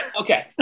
Okay